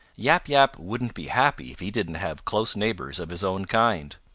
yap yap wouldn't be happy if he didn't have close neighbors of his own kind.